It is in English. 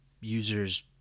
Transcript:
users